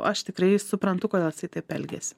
aš tikrai suprantu kodėl jisai taip elgiasi